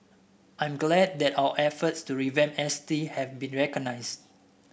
I'm glad that our efforts to revamp S T have been recognised